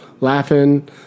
Laughing